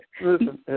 listen